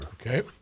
Okay